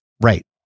Right